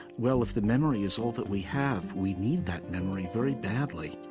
well, if the memory is all that we have, we need that memory very badly